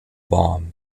bomb